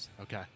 Okay